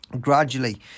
gradually